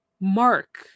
Mark